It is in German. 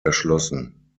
erschlossen